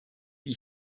die